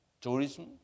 tourism